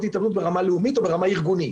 אובדנות ברמה לאומית וברמה ארגונית.